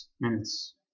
minutes